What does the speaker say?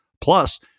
plus